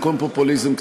במקום פופוליזם,